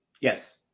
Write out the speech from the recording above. Yes